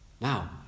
now